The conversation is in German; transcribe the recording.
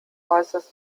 äußerst